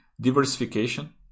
diversification